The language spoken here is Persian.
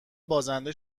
بازنده